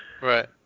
right